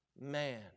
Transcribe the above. man